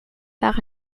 waar